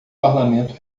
parlamento